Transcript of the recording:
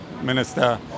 minister